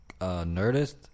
Nerdist